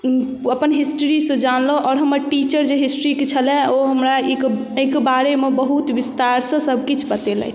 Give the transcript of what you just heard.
अपन हिस्ट्रीसँ जानलहुँ आओर हमर टीचर जे हिस्ट्रीके छलय ओ हमरा ईके एहिके बारेमे बहुत विस्तारसँ सभकिछु बतेलथि